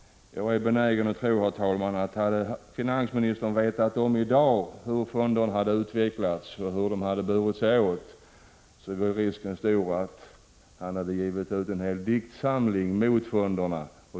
Jag är benägen att tro att risken är stor att finansministern, om han hade vetat det vi vet i dag om hur de skulle utvecklas och hur de skulle bära sig åt, skulle ha givit ut en hel diktsamling mot fonderna.